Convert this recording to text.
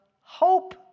hope